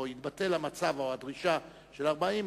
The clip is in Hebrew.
או יתבטלו המצב או הדרישה של ה-40,